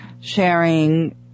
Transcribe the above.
sharing